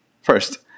First